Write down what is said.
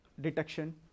detection